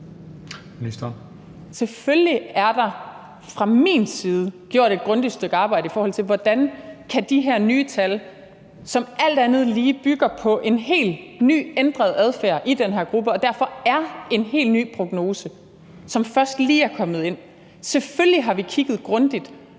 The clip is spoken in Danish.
Selvfølgelig er der fra min side tid gjort et grundigt stykke arbejde, i forhold til hvordan de her nye tal, som alt andet lige bygger på en helt ny, ændret adfærd i den her gruppe – og derfor er en helt ny prognose, som først lige er kommet ind – er. Selvfølgelig har vi kigget grundigt,